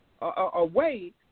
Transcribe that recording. away